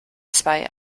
zwei